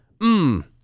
Mmm